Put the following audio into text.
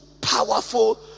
powerful